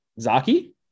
Zaki